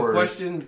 question